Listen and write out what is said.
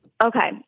Okay